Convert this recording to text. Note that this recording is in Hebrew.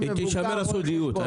תישמר הסודיות.